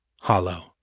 Hollow